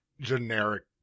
generic